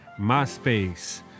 MySpace